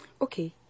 Okay